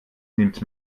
nimmt